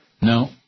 No